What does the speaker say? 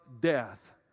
death